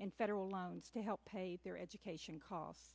in federal loans to help pay for their education calls